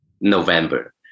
november